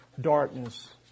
darkness